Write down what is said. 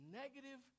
negative